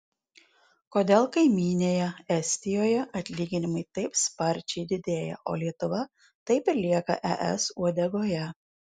kodėl kaimynėje estijoje atlyginimai taip sparčiai didėja o lietuva taip ir lieka es uodegoje